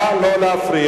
נא לא להפריע.